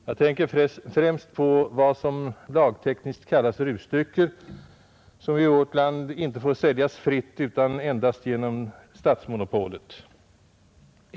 Jag tänker främst på vad som lagtekniskt kallas rusdrycker, som ju i vårt land inte får säljas fritt utan endast genom organ tillhörande statsmonopolet.